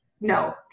no